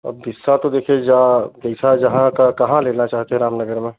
अब बिस्सा तो देखिए जा जैसा जहाँ का कहाँ लेना चाहते हो रामनगर में